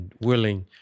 willing